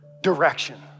direction